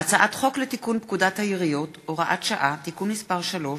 הצעת חוק לתיקון פקודת העיריות (הוראת שעה) (תיקון מס' 3),